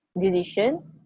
decision